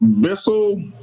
Bissell